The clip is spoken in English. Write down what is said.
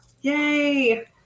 yay